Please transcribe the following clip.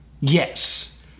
Yes